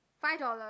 five dollars